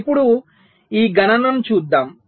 ఇప్పుడు ఈ గణనను చూద్దాం